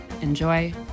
enjoy